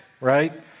right